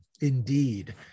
indeed